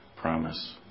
promise